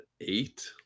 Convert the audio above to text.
eight